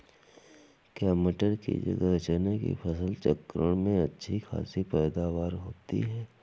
क्या मटर की जगह चने की फसल चक्रण में अच्छी खासी पैदावार होती है?